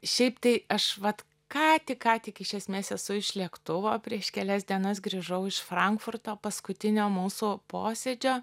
šiaip tai aš vat ką tik ką tik iš esmės esu iš lėktuvo prieš kelias dienas grįžau iš frankfurto paskutinio mūsų posėdžio